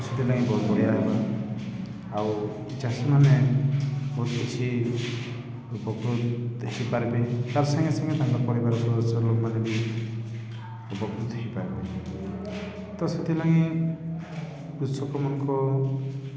ସେଥିଲାଗି ବହୁତ ବଢ଼ିଆ ହେବ ଆଉ ଚାଷୀମାନେ ବହୁତ କିଛି ଉପକୃତ ହୋଇପାରିବେ ତ ସାଙ୍ଗେ ସାଙ୍ଗେ ତାଙ୍କ ପରିବାର ସଦସ୍ୟ ଲୋକମାନେ ବି ଉପକୃତ ହୋଇପାରିବେ ତ ସେଥିଲାଗି କୃଷକମାନଙ୍କ